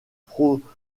pronotum